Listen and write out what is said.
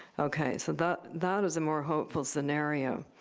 ok, so that that is a more hopeful scenario.